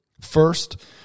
First